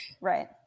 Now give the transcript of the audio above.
right